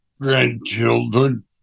grandchildren